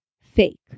fake